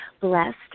Blessed